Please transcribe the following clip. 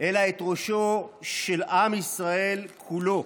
אלא את ראשו של עם ישראל כולו.